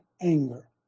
anger